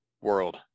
world